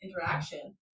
interaction